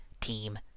Team